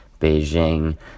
Beijing